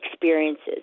experiences